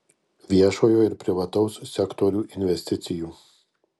viešojo ir privataus sektorių investicijų